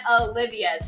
Olivia's